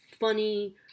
funny